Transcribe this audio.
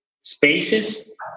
spaces